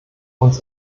uns